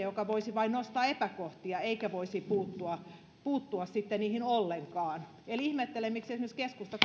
joka voisi vain nostaa epäkohtia eikä sitten voisi puuttua puuttua niihin ollenkaan eli ihmettelen miksi esimerkiksi keskusta